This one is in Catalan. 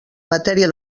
matèria